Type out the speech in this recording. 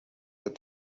with